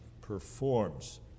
performs